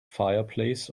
fireplace